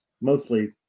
mostly